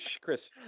Chris